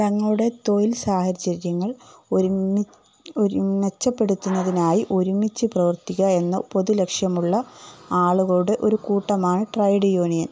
തങ്ങളുടെ തൊഴിൽ സാഹചര്യങ്ങൾ ഒരുമി ഒരു മെച്ചപ്പെടുത്തുന്നതിനായി ഒരുമിച്ച് പ്രവർത്തിക്കുക എന്ന പൊതു ലക്ഷ്യമുള്ള ആളുകളുടെ ഒരു കൂട്ടമാണ് ട്രേഡ് യൂണിയൻ